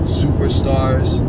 superstars